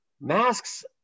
Masks